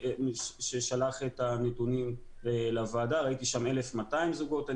מהנתונים שנשלחו לוועדה ראיתי 1,200 זוגות.